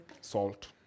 Salt